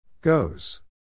Goes